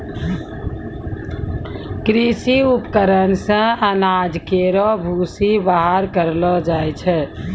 कृषि उपकरण से अनाज केरो भूसी बाहर करलो जाय छै